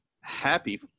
happy